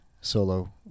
solo